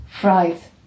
fries